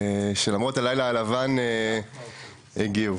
שלמרות הלילה הלבן הגיעו.